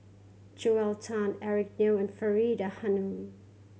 Joel Tan Eric Neo and Faridah Hanum